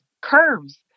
curves